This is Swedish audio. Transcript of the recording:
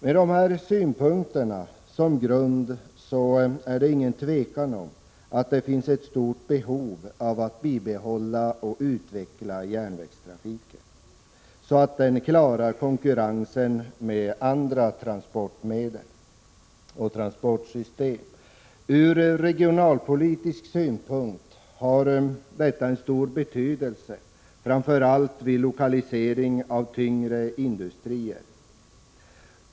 Med dessa synpunkter som grund råder det inget tvivel om att det finns ett stort behov av att bibehålla och utveckla järnvägstrafiken så att den klarar konkurrensen med andra transportmedel och transportsystem. Från regionalpolitisk synpunkt har detta stor betydelse, framför allt vid lokalisering av tyngre industrier.